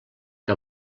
que